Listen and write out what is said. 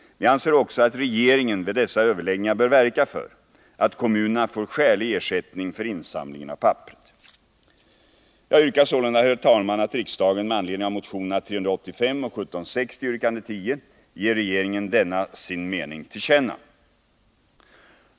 Vi anser också att regeringen vid dessa överläggningar bör verka för att kommunerna får skälig ersättning för insamligen av papperet. Jag yrkar sålunda, herr talman, att riksdagen med anledning av motionerna 385 och 1760, yrkande 10, ger regeringen denna sin mening till känna.